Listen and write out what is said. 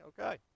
Okay